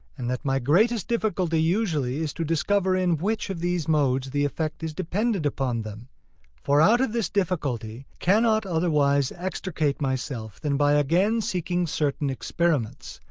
and that my greatest difficulty usually is to discover in which of these modes the effect is dependent upon them for out of this difficulty cannot otherwise extricate myself than by again seeking certain experiments,